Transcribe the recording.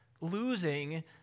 losing